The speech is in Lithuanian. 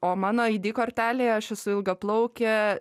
o mano ai di kortelėj aš esu ilgaplaukė